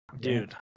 dude